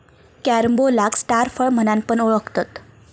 कॅरम्बोलाक स्टार फळ म्हणान पण ओळखतत